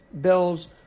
Bills